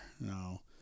No